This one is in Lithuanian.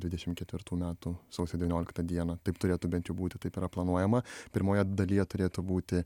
dvidešim ketvirtų metų sausio devynioliktą dieną taip turėtų bent jau būti taip yra planuojama pirmoje dalyje turėtų būti